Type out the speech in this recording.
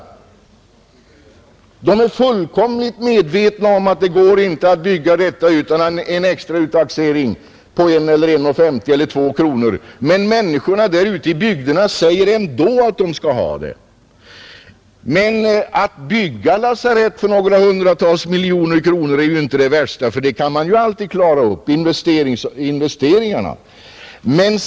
Människorna ute i bygderna är fullkomligt medvetna om att det inte går att bygga utan en extra taxering på 1 krona, 1:50 eller 2 kronor, men de säger ändå att de skall ha bygget. Att bygga ett lasarett för några hundra miljoner kronor är inte det värsta, för investeringarna kan man ju alltid klara av.